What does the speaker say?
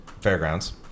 fairgrounds